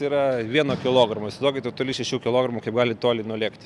yra vieno kilogramo įsivaizduokit netoli šešių kilogramų kaip gali toli nulėkti